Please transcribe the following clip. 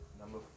Number